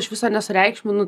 iš viso nesureikšminu